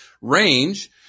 range